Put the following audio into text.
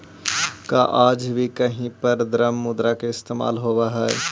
का आज भी कहीं पर द्रव्य मुद्रा का इस्तेमाल होवअ हई?